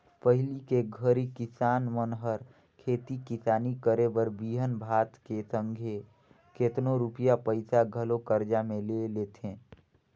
पहिली के घरी किसान मन हर खेती किसानी करे बर बीहन भात के संघे केतनो रूपिया पइसा घलो करजा में ले लेथें